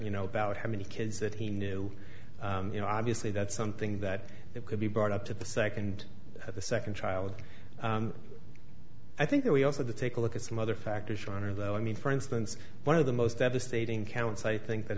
you know about how many kids that he knew you know obviously that's something that could be brought up to the second of the second child i think we also the take a look at some other factors honor though i mean for instance one of the most devastating counts i think that